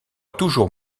toujours